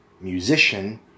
musician